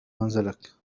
منزلك